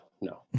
no